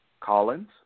Collins